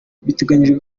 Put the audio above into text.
biteganyijwe